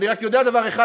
אני רק יודע דבר אחד,